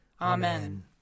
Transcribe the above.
Amen